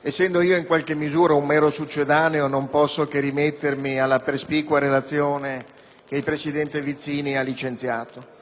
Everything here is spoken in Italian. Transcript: essendo un mero succedaneo non posso che rimettermi alla perspicua relazione che il presidente Vizzini ha licenziato.